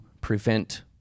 prevent